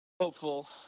hopeful